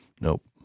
Nope